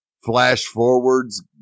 flash-forwards